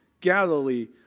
Galilee